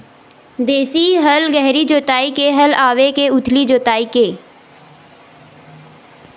देशी हल गहरी जोताई के हल आवे के उथली जोताई के?